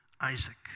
Isaac